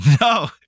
No